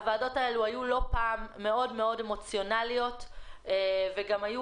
הוועדות האלה לא פעם היו מאוד מאוד אמוציונליות וגם היו